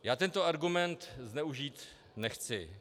Já tento argument zneužít nechci.